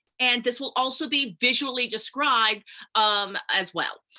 and this will also be visually described um as well.